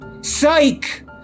psych